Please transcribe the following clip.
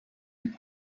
die